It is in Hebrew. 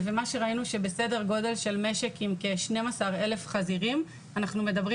מה שראינו זה שבסדר גודל של משק עם כ-12,000 חזירים אנחנו מדברים